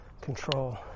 control